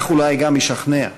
כך אולי גם ישכנע.